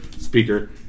speaker